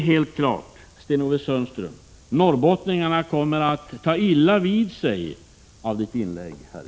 Helt klart är att norrbottningarna kommer att ta illa vid sig av Sten-Ove Sundströms inlägg här i kväll.